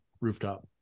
rooftop